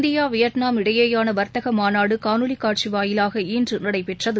India Vietnam இடையேயானவர்த்தகமாநாடுகாணொலிகாட்சிவாயிலாக இன்றுநடைபெற்றது